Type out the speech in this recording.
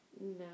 No